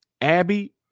Abby